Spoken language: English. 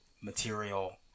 material